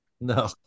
no